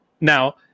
Now